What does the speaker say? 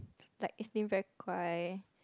like very 乖: guai